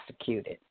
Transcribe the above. executed